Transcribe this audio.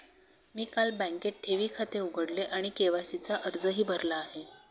मी काल बँकेत ठेवी खाते उघडले आणि के.वाय.सी चा अर्जही भरला आहे